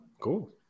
cool